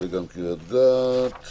הרשות או משרד הפנים